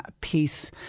peace